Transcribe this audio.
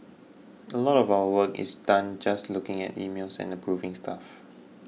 a lot of our work is done just looking at emails and approving stuff